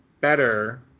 better